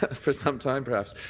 ah for some time, perhaps.